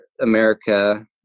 America